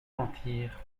mentir